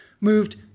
moved